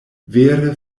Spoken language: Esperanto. vere